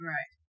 Right